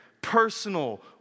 personal